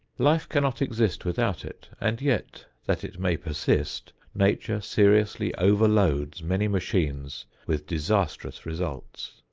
life cannot exist without it, and yet, that it may persist, nature seriously overloads many machines with disastrous results.